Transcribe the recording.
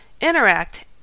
interact